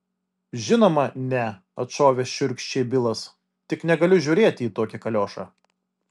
žinoma ne atšovė šiurkščiai bilas tik negaliu žiūrėti į tokį kaliošą